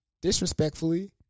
disrespectfully